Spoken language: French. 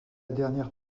dernière